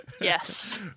Yes